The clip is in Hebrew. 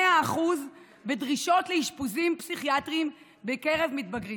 100% בדרישות לאשפוזים פסיכיאטריים בקרב מתבגרים.